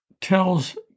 tells